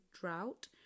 drought